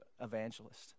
evangelist